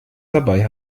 dabei